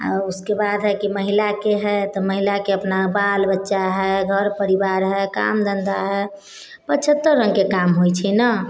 अऽ उसके बाद हय कि महिलाके हय तऽ महिलाके अपना बाल बच्चा हय घर परिवार हय काम धन्धा हय पछत्तर रङ्केके काम होइ छै ने